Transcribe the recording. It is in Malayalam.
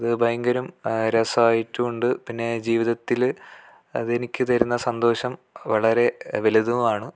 അത് ഭയങ്കരം രസമായിട്ടുണ്ട് പിന്നെ ജീവിതത്തിൽ അതെനിക്ക് തരുന്ന സന്തോഷം വളരെ വലുതുമാണ്